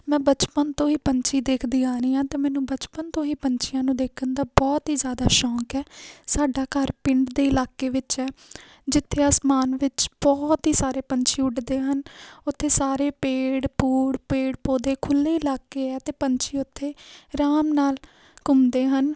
ਮੈਂ ਬਚਪਨ ਤੋਂ ਹੀ ਪੰਛੀ ਦੇਖਦੀ ਆ ਰਹੀ ਹਾਂ ਅਤੇ ਮੈਨੂੰ ਬਚਪਨ ਤੋਂ ਹੀ ਪੰਛੀਆਂ ਨੂੰ ਦੇਖਣ ਦਾ ਬਹੁਤ ਹੀ ਜ਼ਿਆਦਾ ਸ਼ੌਂਕ ਹੈ ਸਾਡਾ ਘਰ ਪਿੰਡ ਦੇ ਇਲਾਕੇ ਵਿੱਚ ਹੈ ਜਿੱਥੇ ਅਸਮਾਨ ਵਿੱਚ ਬਹੁਤ ਹੀ ਸਾਰੇ ਪੰਛੀ ਉੱਡਦੇ ਹਨ ਉੱਥੇ ਸਾਰੇ ਪੇੜ ਪੂੜ ਪੇੜ ਪੌਦੇ ਖੁੱਲ੍ਹੇ ਇਲਾਕੇ ਹੈ ਅਤੇ ਪੰਛੀ ਉੱਥੇ ਆਰਾਮ ਨਾਲ ਘੁੰਮਦੇ ਹਨ